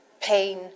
pain